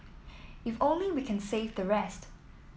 if only we can save the rest